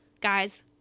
guys